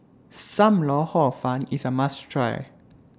SAM Lau Hor Fun IS A must Try